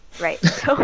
right